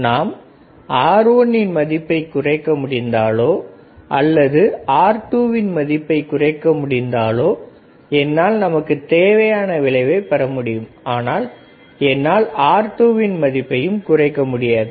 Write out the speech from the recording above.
நான் R1 இன் மதிப்பைக் குறைக்க முடிந்தாலோ அல்லது R2வின் மதிப்பைக் குறைக்க முடிந்தாலோ என்னால் நமக்கு தேவையான விளைவை பெற முடியும் ஆனால் என்னால் R2வின் மதிப்பைக் குறைக்க முடியாது